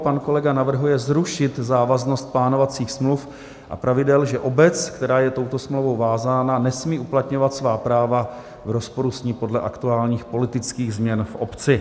Pan kolega navrhuje zrušit závaznost plánovacích smluv a pravidel, že obec, která je touto smlouvou vázána, nesmí uplatňovat svá práva v rozporu s ní podle aktuálních politických změn v obci.